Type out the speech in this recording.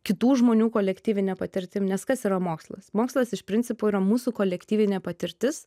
kitų žmonių kolektyvine patirtim nes kas yra mokslas mokslas iš principo yra mūsų kolektyvinė patirtis